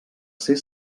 ser